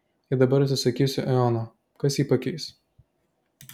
jei dabar atsisakysiu eono kas jį pakeis